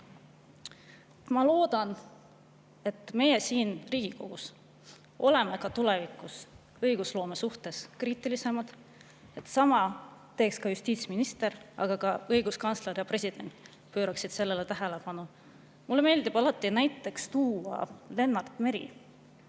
Ma loodan, et meie siin Riigikogus oleme ka tulevikus õigusloome suhtes kriitilisemad ning et sama teeb justiitsminister, aga ka õiguskantsler ja president pööravad sellele tähelepanu. Mulle meeldib alati näiteks tuua Lennart Meri.